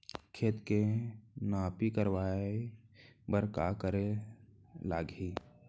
खेत के नापी करवाये बर का करे लागही?